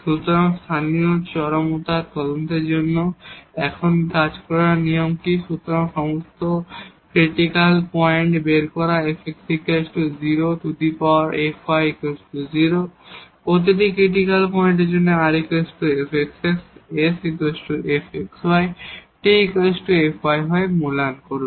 সুতরাং স্থানীয় চরমতার তদন্তের জন্য এখন কাজ করার নিয়ম কি সমস্ত ক্রিটিকাল পয়েন্ট বের করা fx 0∧fy 0 প্রতিটি ক্রিটিকাল পয়েন্টের জন্য r fxx s fxy t fyy মূল্যায়ন করুন